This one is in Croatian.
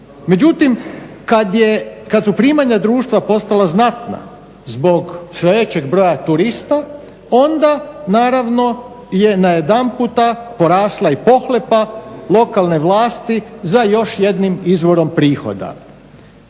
Međutim, kad su primanja društva postala znatna sve većeg broja turista onda naravno je najedanput i porasla pohlepa lokalne vlasti za još jednim izvorom prihoda